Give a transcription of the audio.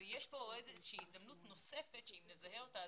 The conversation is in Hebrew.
אבל יש כאן איזושהי הזדמנות נוספת שאם נזהה אותה,